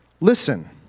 listen